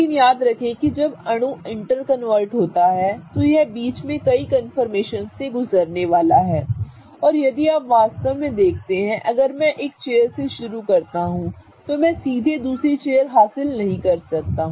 लेकिन याद रखें कि जब अणु इंटरकन्वर्ट होता है तो यह बीच में कई कन्फर्मेशनस से गुजरने वाला है और यदि आप वास्तव में देखते हैं अगर मैं एक चेयर से शुरू करता हूं तो मैं सीधे दूसरी चेयर हासिल नहीं कर सकता